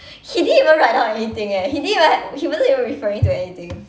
he didn't even write down anything eh he didn't even have he wasn't even referring to anything